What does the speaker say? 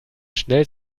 schnell